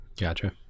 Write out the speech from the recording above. Gotcha